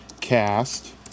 cast